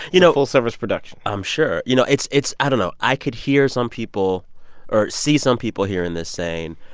you know full-service production i'm sure. you know, it's it's i don't know. i could hear some people or see some people hearing this saying,